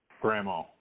Grandma